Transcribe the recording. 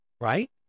right